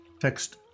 Text